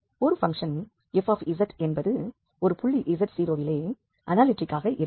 ஒரு function f என்பது ஒரு புள்ளி z0 விலே அனாலிட்டிக் ஆக இருக்கும்